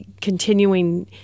continuing